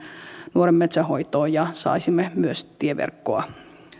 nuoren metsän hoitoon ja saisimme myös tieverkkoa